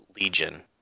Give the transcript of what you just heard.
Legion